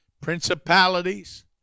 principalities